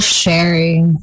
sharing